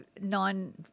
non